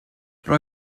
rwy